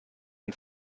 ein